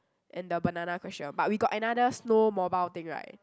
and the banana question but we got another snow mobile thing right